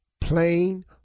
Plain